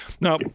now